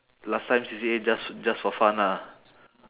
last time C_C_A just just for fun lah